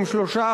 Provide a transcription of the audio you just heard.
עם שלושה,